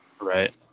Right